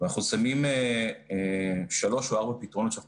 ואנחנו שמים שלושה או ארבעה פתרונות שאנחנו